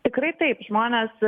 tikrai taip žmonės